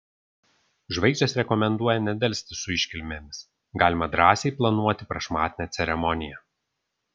žvaigždės rekomenduoja nedelsti su iškilmėmis galima drąsiai planuoti prašmatnią ceremoniją